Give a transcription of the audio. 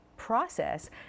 process